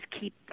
keep